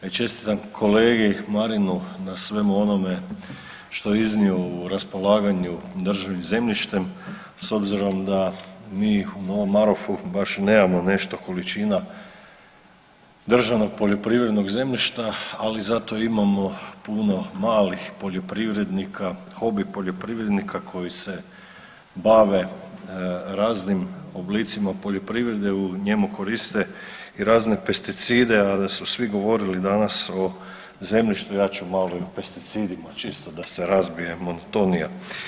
I čestitam kolegi Marinu na svemu onome što je iznio u raspolaganju državnim zemljištem s obzirom da mi u Novom Marofu baš i nemamo nešto količina državnog poljoprivrednog zemljišta, ali zato imamo puno malih poljoprivrednika, hobi poljoprivrednika koji se bave raznim oblicima poljoprivrede u njemu koriste i razne pesticide, a da su svi govorili danas o zemljištu ja ću malo o pesticidima čisto da se razbije monotonija.